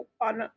on